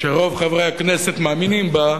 שרוב חברי הכנסת מאמינים בה,